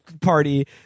party